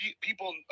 people